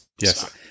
Yes